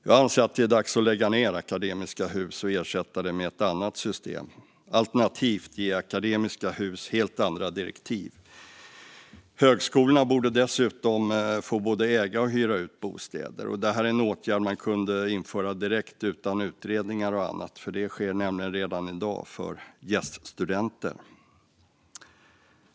Jag anser att det är dags att lägga ned Akademiska Hus och ersätta det med ett annat system, alternativt ge Akademiska Hus helt andra direktiv. Högskolorna borde dessutom få både äga och hyra ut bostäder. Detta är någonting som man skulle kunna införa direkt utan utredningar och annat. Det sker nämligen redan i dag för gäststudenter. Fru talman!